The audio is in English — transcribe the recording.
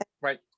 right